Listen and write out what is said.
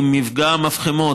עם מפגע המפחמות,